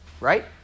Right